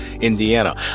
Indiana